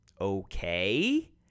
Okay